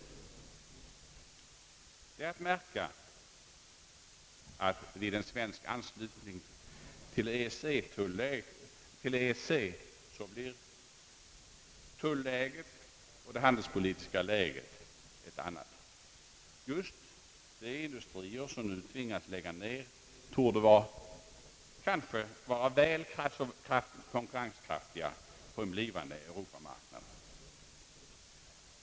Det är att märka att vid en svensk anslutning till EEC blir tulläget och det handelspolitiska läget ett annat. Just de industrier, som nu tvingas lägga ner driften, torde vara konkurrenskraftiga på en blivande Europamarknad.